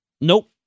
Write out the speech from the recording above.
Nope